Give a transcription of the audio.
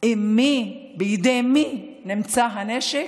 בידי מי נמצא הנשק?